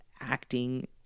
acting